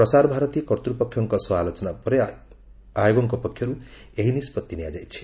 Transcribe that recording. ପ୍ରସାର ଭାରତୀ କର୍ତ୍ତୃପକ୍ଷଙ୍କ ସହ ଆଲୋଚନା ପରେ ଆୟୋଗଙ୍କ ପକ୍ଷରୁ ଏହି ନିଷ୍ପଭି ନିଆଯାଇଛି